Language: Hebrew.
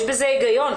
יש בזה היגיון,